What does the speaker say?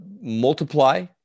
multiply